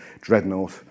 dreadnought